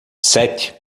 sete